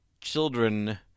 children